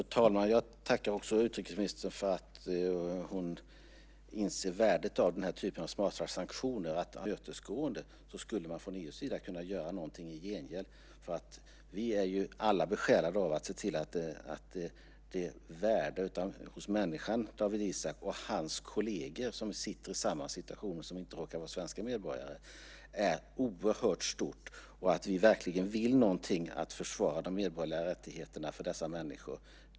Fru talman! Också jag tackar utrikesministern för att hon inser värdet av den här typen av smarta sanktioner. De kan vara väl så verkningsfulla i många fall utan att de drabbar befolkningen. Jag tror att man också kan vända på diskussionen från EU:s sida. Om det skulle vara så att man visade tillmötesgående så skulle EU kunna göra någonting i gengäld. Vi är ju alla besjälade av att se till människor som Dawit Isaak och hans kolleger, som inte råkar vara svenska medborgare, som sitter i samma situation. Värdet av detta är oerhört stort. Vi vill verkligen något med att försvara de medborgerliga rättigheterna för dessa människor.